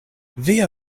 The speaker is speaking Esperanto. via